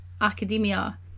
academia